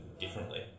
differently